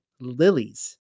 lilies